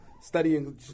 Studying